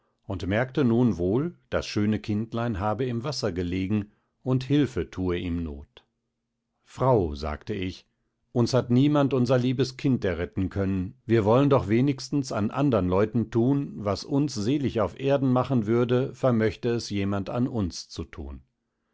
und merkte nun wohl das schöne kindlein habe im wasser gelegen und hilfe tue ihm not frau sagte ich uns hat niemand unser liebes kind erretten können wir wollen doch wenigstens an andern leuten tun was uns selig auf erden machen würde vermöchte es jemand an uns zu tun